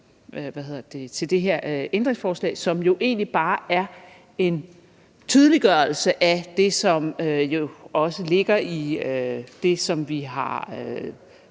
om det her ændringsforslag, som jo egentlig bare er en tydeliggørelse af det, som jo også ligger i det, som vi har